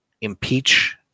impeach